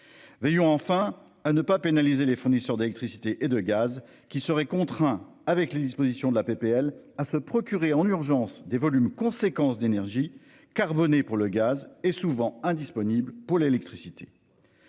Veillons enfin à ne pas pénaliser les fournisseurs d'électricité et de gaz qui serait contraint avec les dispositions de la PPL à se procurer en urgence des volumes conséquence d'énergies carbonées pour le gaz et souvent indisponibles pour l'électricité.--